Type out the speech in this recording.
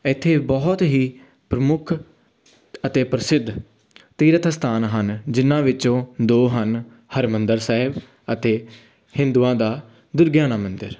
ਇੱਥੇ ਬਹੁਤ ਹੀ ਪ੍ਰਮੁੱਖ ਅਤੇ ਪ੍ਰਸਿੱਧ ਤੀਰਥ ਅਸਥਾਨ ਹਨ ਜਿਹਨਾਂ ਵਿੱਚੋਂ ਦੋ ਹਨ ਹਰਿਮੰਦਰ ਸਾਹਿਬ ਅਤੇ ਹਿੰਦੂਆਂ ਦਾ ਦੁਰਗਿਆਨਾ ਮੰਦਿਰ